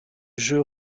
jeu